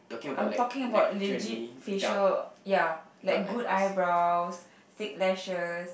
I'm talking about legit facial ya like good eyebrows thick lashes